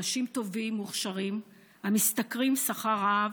אנשים טובים ומוכשרים המשתכרים שכר רעב,